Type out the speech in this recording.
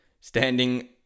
standing